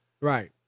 Right